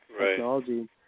technology